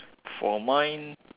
for mine